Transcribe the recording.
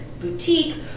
boutique